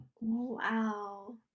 wow